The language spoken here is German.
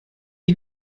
die